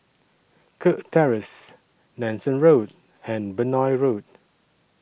Kirk Terrace Nanson Road and Benoi Road